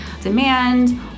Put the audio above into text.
demand